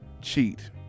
cheat